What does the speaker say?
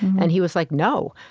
and he was like, no,